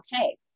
okay